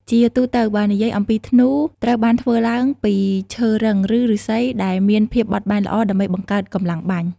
ជាទូទៅ បើនិយាយអំពីធ្នូ ត្រូវបានធ្វើឡើងពីឈើរឹង ឬឫស្សីដែលមានភាពបត់បែនល្អដើម្បីបង្កើតកម្លាំងបាញ់។